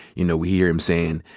you know, we hear him saying,